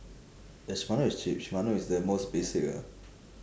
ya shimano is cheap shimano is the most basic ah